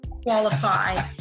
qualify